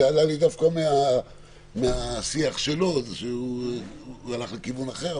זה עלה לי דווקא מהשיח שלו, הוא הלך לכיוון אחר,